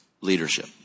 leadership